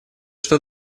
что